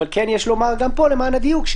אבל כן יש לומר גם פה למען הדיוק,